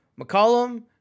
McCollum